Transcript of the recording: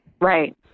Right